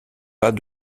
pas